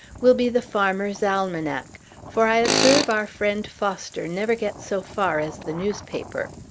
will be the farmer's almanac for i observe our friend foster never gets so far as the newspaper.